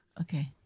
Okay